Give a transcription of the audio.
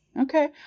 Okay